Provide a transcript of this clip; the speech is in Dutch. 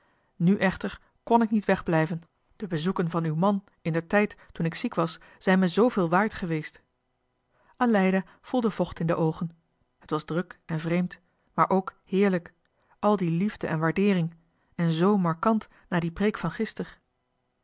nu echter kon ik niet wegblijven de bezoeken van uw man indertijd toen ik ziek was zijn me zooveel waard geweest aleida voelde vocht in de oogen het was zoo druk en zoo vreemd maar ook heerlijk al die liefde en waardeering en z markant na die preek van gister